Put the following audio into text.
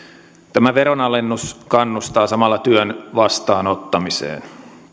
tämä veronalennus kannustaa samalla työn vastaanottamiseen